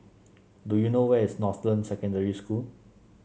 do you know where is Northland Secondary School